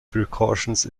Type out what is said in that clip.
precautions